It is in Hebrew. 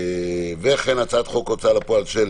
אני לא קובע את הסדר,